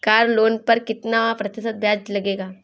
Car loan पर कितना प्रतिशत ब्याज लगेगा?